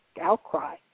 outcry